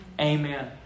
Amen